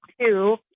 two